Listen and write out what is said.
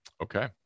Okay